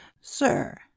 sir